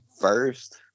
first